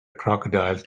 crocodile